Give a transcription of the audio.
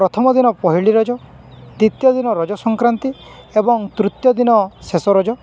ପ୍ରଥମ ଦିନ ପହିଲ ରଜ ଦ୍ୱିତୀୟ ଦିନ ରଜ ସଂକ୍ରାନ୍ତି ଏବଂ ତୃତୀୟ ଦିନ ଶେଷ ରଜ